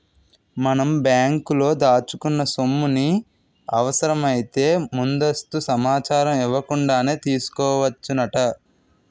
మనం బ్యాంకులో దాచుకున్న సొమ్ముని అవసరమైతే ముందస్తు సమాచారం ఇవ్వకుండానే తీసుకోవచ్చునట